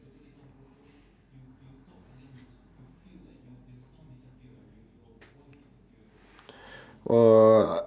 oh